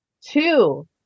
Two